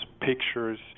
pictures